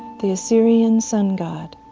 the assyrian sun-god.